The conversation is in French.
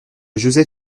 joseph